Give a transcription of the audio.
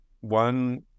One